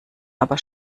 aber